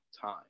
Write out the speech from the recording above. time